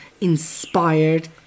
inspired